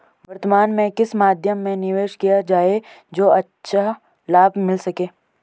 वर्तमान में किस मध्य में निवेश किया जाए जो अच्छा लाभ मिल सके?